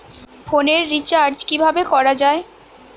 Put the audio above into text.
ফোনের রিচার্জ কিভাবে করা যায়?